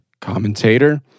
commentator